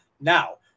Now